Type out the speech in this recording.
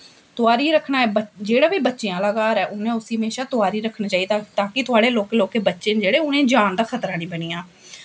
तोआरियै रक्खना जेह्ड़ा बी बच्चें आह्ला घर ऐ उ'नें हमेशा तोआरियै रक्खना चाहिदा ताकि थुआढ़े लौह्के लौहके बच्चे न जेह्ड़े उ'नेंगी जान दा खतरा निं बनी जा